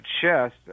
chest